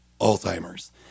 Alzheimer's